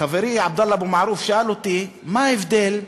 חברי עבדאללה אבו מערוף שאל אותי: מה ההבדל?